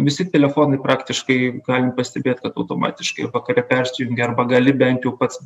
visi telefonai praktiškai galim pastebėt automatiškai vakare persijungia arba gali bent jau pats